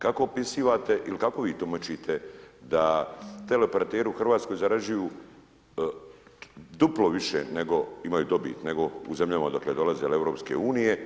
Kako opisivate ili kako vi tumačite da teleoperateri u Hrvatskoj zarađuju duplo više nego imaju dobit u zemljama odakle dolaze ili EU?